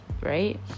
right